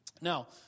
Now